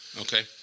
Okay